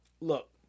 Look